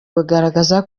bugaragaza